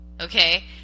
okay